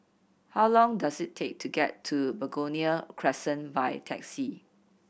how long does it take to get to Begonia Crescent by taxi